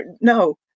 no